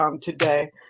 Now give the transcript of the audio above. today